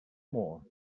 more